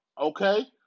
Okay